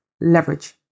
leverage